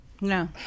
No